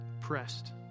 pressed